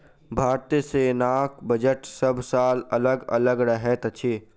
भारतीय सेनाक बजट सभ साल अलग अलग रहैत अछि